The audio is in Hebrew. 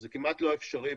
זה כמעט לא אפשרי,